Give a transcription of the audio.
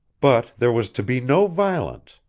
but there was to be no violence,